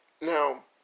Now